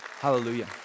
Hallelujah